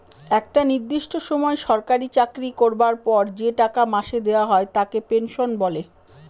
একটা নির্দিষ্ট সময় সরকারি চাকরি করবার পর যে টাকা মাসে দেওয়া হয় তাকে পেনশন বলে